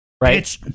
right